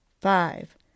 five